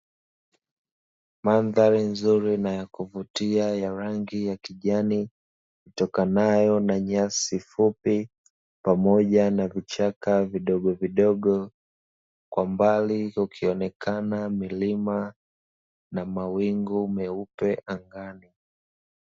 Mandhari nzuri na ya kuvutia ya rangi ya kijani, itokanayo na nyasi fupi pamoja na vichaka vidogovidogo, kwa mbali kukionekana milima na mawingu meupe angani.